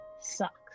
sucks